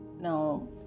Now